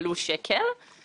פתיחת דיונים באיחור ניכר,